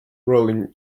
rolling